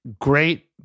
great